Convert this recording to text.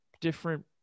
different